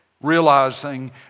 realizing